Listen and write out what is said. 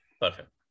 perfect